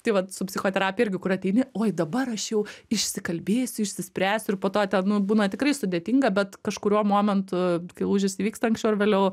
tai vat su psichoterapija irgi kur ateini uoj dabar aš jau išsikalbėsiu išsispręsiu ir po to ten nu būna tikrai sudėtinga bet kažkuriuo momentu kai lūžis įvyksta anksčiau ar vėliau